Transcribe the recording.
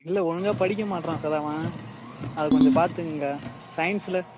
இல்லை ஒழுங்காகவே படிக்க மாட்றான் சார் அவன் அதை கொஞ்சம் பார்த்துக்குங்க சயின்ஸில்